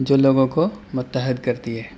جو لوگوں کو متحد کرتی ہے